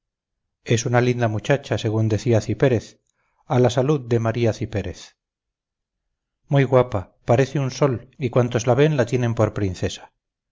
es una linda muchacha según decía cipérez a la salud de maría cipérez muy guapa parece un sol y cuantos la ven la tienen por princesa